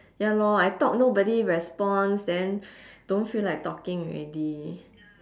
ya lor I talk nobody responds then don't feel like talking already